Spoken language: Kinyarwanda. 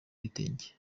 ibitenge